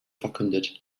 verkündet